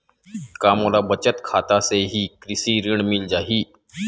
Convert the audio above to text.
का मोला बचत खाता से ही कृषि ऋण मिल जाहि?